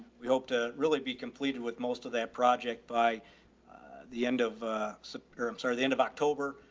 we hope to really be completed with most of that project by the end of a sub or i'm sorry, the end of october.